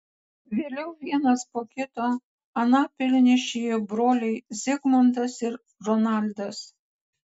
vėliau vienas po kito anapilin išėjo broliai zigmundas ir ronaldas